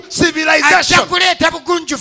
civilization